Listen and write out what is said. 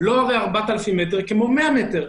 לא הרי 4,000 מטר כמו 100 מטר.